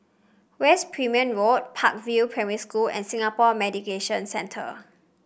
West Perimeter Road Park View Primary School and Singapore Mediation Centre